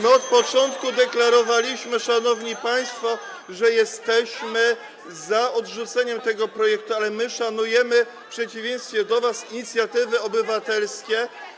My od początku deklarowaliśmy, [[Gwar na sali, dzwonek]] szanowni państwo, że jesteśmy za odrzuceniem tego projektu, ale my szanujemy w przeciwieństwie do was inicjatywy obywatelskie.